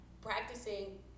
Practicing